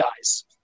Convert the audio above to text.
guys